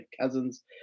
cousins